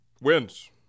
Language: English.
wins